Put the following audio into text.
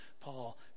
Paul